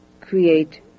create